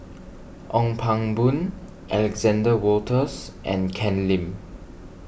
Ong Pang Boon Alexander Wolters and Ken Lim